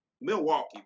Milwaukee